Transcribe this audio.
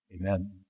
amen